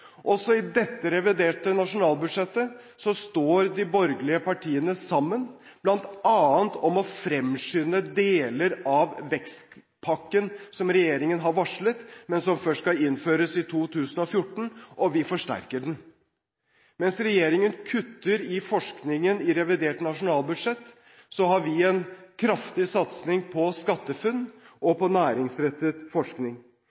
Også i dette reviderte nasjonalbudsjettet står de borgerlige partiene sammen bl.a. om å fremskynde deler av vekstpakken, som regjeringen har varslet, men som først skal innføres i 2014. Vi forsterker den også. Mens regjeringen kutter i forskningen i revidert nasjonalbudsjett, har vi en kraftig satsing på SkatteFUNN og på næringsrettet forskning.